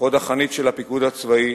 חוד החנית של הפיקוד הצבאי,